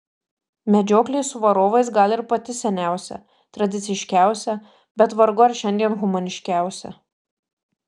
medžioklė su varovais gal ir pati seniausia tradiciškiausia bet vargu ar šiandien humaniškiausia